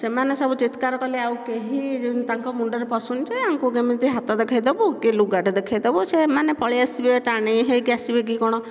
ସେମାନେ ସବୁ ଚିତ୍କାର କଲେ ଆଉ କେହି ତାଙ୍କ ମୁଣ୍ଡରେ ପଶୁନି ଯେ ୟାଙ୍କୁ କେମିତି ହାତ ଦେଖେଇଦେବୁ କି ଲୁଗାଟିଏ ଦେଖିଇଦେବୁ ସେମାନେ ପଳେଇଆସିବେ ଟାଣି ହୋଇକି ଆସିବେ କି କ'ଣ